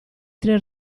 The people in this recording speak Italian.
tre